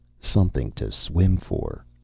something to swim for.